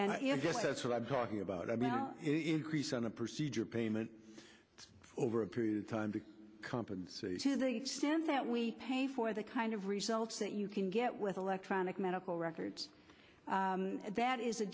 and that's what i'm talking about i mean increase on a procedure payment over a period of time to compensate to the extent that we pay for the kind of results that you can get with electronic medical records that is a